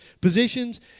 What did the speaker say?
positions